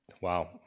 wow